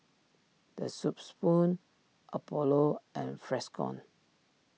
the Soup Spoon Apollo and Freshkon